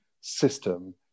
system